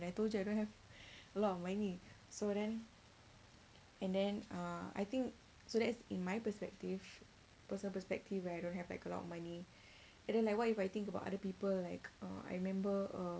yang tu caranya a lot of money so then and then uh I think so that's in my perspective personal perspective where I don't have like a lot of money and then like what if I think about other people like uh I remember uh